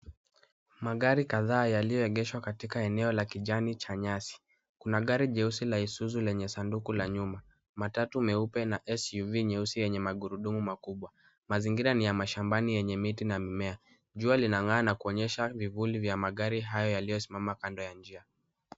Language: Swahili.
Magari kadhaa yaliyoegeshwa katika eneo la kijani cha nyasi. Kuna gari jeusi la Isuzu lenye sanduku la nyuma. Matatu meupe na SUV nyeusi yenye magurudumu makubwa. Mazingira ni ya mashambani yenye miti na mimea. Jua linang'aa na kuonyesha vivuli vya magari haya yaliyosimama kando ya njia.